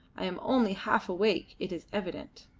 i am only half awake, it is evident.